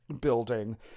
building